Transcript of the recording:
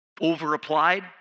over-applied